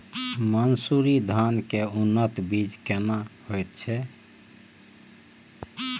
मन्सूरी धान के उन्नत बीज केना होयत छै?